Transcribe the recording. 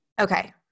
Okay